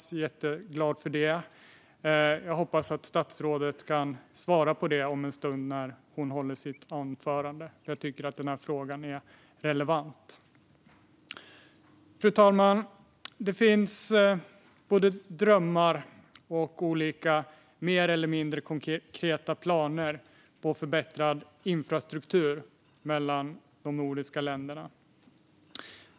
Det är jag jätteglad för, och jag hoppas att statsrådet kan svara på detta om en stund när hon håller sitt anförande. Jag tycker att denna fråga är relevant. Fru talman! Det finns både drömmar och olika mer eller mindre konkreta planer på förbättrad infrastruktur mellan de nordiska länderna.